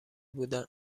بودن